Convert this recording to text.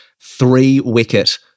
three-wicket